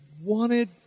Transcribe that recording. wanted